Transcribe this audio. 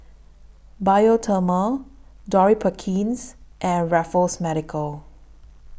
Bioderma Dorothy Perkins and Raffles Medical